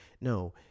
No